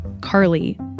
Carly